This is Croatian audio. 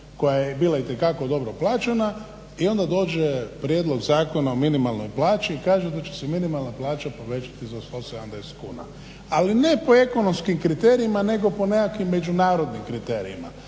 koja je bila itekako dobro plaćena i onda dođe prijedlog Zakona o minimalnoj plaći i kaže da će se minimalna plaća povećati za 170 kuna, ali ne po ekonomskim kriterijima nego po nekakvim međunarodnim kriterijima.